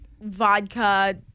vodka